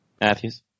Matthews